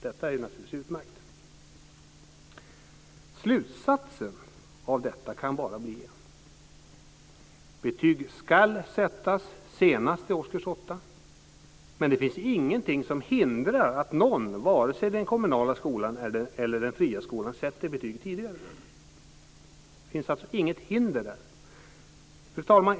Detta är naturligtvis utmärkt. Slutsatsen av detta kan bara bli en. Betyg ska sättas senast i årskurs 8, men det finns ingenting som hindrar att någon, vare sig den kommunala skolan eller den fria skolan, sätter betyg tidigare. Det finns alltså inget hinder där. Fru talman!